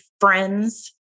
friends